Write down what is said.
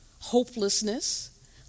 Hopelessness